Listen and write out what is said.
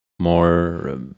more